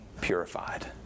purified